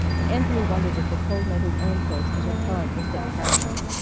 and anthony wondered if the cold made his own face as repellent as dick caramel's,